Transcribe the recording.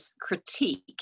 critique